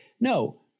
no